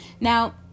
Now